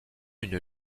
une